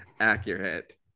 accurate